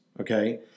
okay